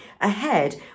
ahead